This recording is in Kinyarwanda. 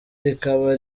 rikaba